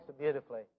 beautifully